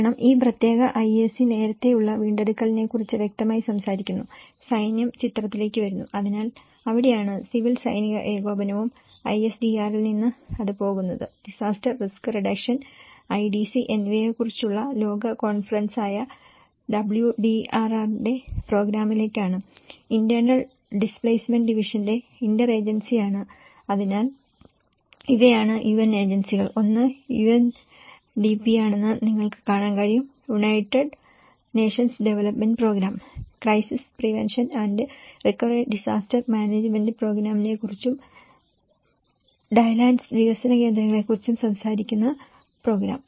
കാരണം ഈ പ്രത്യേക ഐഎസി നേരത്തെയുള്ള വീണ്ടെടുക്കലിനെക്കുറിച്ച് വ്യക്തമായി സംസാരിക്കുന്നു സൈന്യം ചിത്രത്തിലേക്ക് വരുന്നു അതിനാൽ അവിടെയാണ് സിവിൽ സൈനിക ഏകോപനവും ഐഎസ്ഡിആറിൽ നിന്ന് അത് പോകുന്നത് ഡിസാസ്റ്റർ റിസ്ക് റിഡക്ഷൻ ഐഡിഡി എന്നിവയെക്കുറിച്ചുള്ള ലോക കോൺഫറൻസായ ഡബ്ല്യുസിഡിആറിന്റെ പ്രോഗ്രാമിലേക്കാണ് ഇന്റേണൽ ഡിസ്പ്ലേസ്മെന്റ് ഡിവിഷന്റെ ഇന്റർ ഏജൻസിയാണത് അതിനാൽ ഇവയാണ് യുഎൻ ഏജൻസികൾ ഒന്ന് യുഎൻഡിപിയാണെന്ന് നിങ്ങൾക്ക് കാണാൻ കഴിയും United Nations Development Programme crisis prevention and recovery disaster management പ്രോഗ്രാമിനെക്കുറിച്ചും ഡ്രൈലാൻഡ്സ് വികസന കേന്ദ്രത്തെക്കുറിച്ചും സംസാരിക്കുന്ന പ്രോഗ്രാം